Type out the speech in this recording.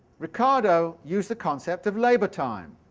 ricardo used the concept of labour-time